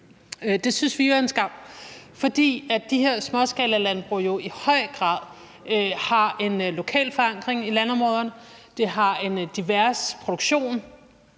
Det synes vi er en skam, fordi de her småskalalandbrug i høj grad har en lokal forankring i landområderne, har en alsidig produktion